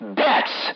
bets